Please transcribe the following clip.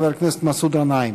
חבר הכנסת מסעוד גנאים.